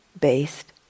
based